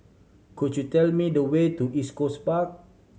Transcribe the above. could you tell me the way to East Coast Park